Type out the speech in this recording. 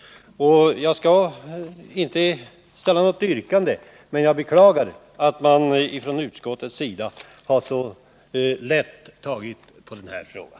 Jag skall inte ställa något yrkande, men jag beklagar att man från utskottets sida har tagit så lätt på den här frågan.